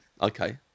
Okay